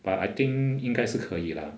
but I think 应该是可以 lah